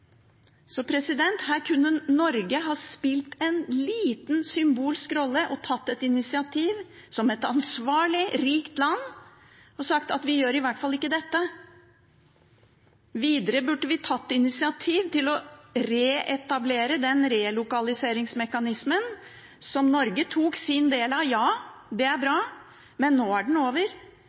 Her kunne Norge ha spilt en liten symbolsk rolle og tatt et initiativ, som et ansvarlig rikt land, og sagt at vi gjør i hvert fall ikke dette. Videre burde vi tatt initiativ til å reetablere den relokaliseringsmekanismen som Norge tok sin del av. Det er bra, men nå er den over,